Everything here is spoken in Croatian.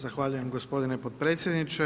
Zahvaljujem gospodine potpredsjedniče.